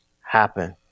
happen